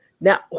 now